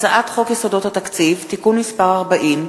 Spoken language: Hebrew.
הצעת חוק יסודות התקציב (תיקון מס' 40)